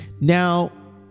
Now